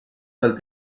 dal